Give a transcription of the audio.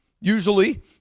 usually